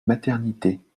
maternités